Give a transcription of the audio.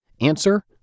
Answer